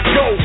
go